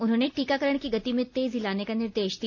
उन्होंने टीकाकरण की गति में तेजी लाने का निर्देश दिया